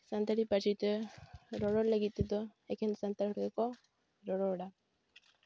ᱥᱟᱱᱛᱟᱲᱤ ᱯᱟᱹᱨᱥᱤ ᱛᱮ ᱨᱚᱨᱚᱲ ᱞᱟᱹᱜᱤᱫ ᱛᱮᱫᱚ ᱮᱠᱮᱱ ᱥᱟᱱᱛᱟᱲ ᱜᱮᱠᱚ ᱨᱚᱨᱚᱲᱟ